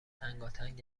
تنگاتنگ